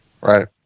Right